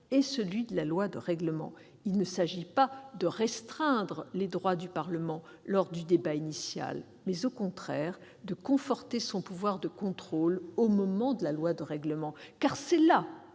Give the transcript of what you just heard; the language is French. et celui de la loi de règlement. Il s'agit, non pas de restreindre les droits du Parlement lors du débat initial, mais, au contraire, de conforter son pouvoir de contrôle au moment de l'examen de la loi de règlement. C'est à